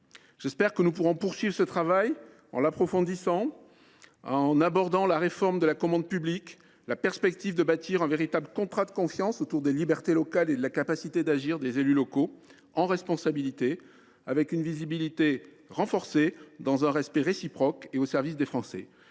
le vœu que nous puissions poursuivre ce travail en l’approfondissant, en abordant la réforme de la commande publique et la construction d’un véritable contrat de confiance autour des libertés locales et de la capacité d’agir des élus locaux, en responsabilité, avec une visibilité renforcée, dans un respect réciproque et au service des Français.